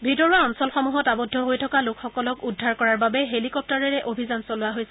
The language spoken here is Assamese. ভিতৰুৱা অঞ্চলসমূহত আৱদ্ধ হৈ থকা লোকসকলক উদ্ধাৰ কৰাৰ বাবে হেলিকপ্টাৰেৰে অভিযান চলোৱা হৈছে